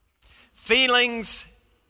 feelings